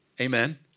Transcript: Amen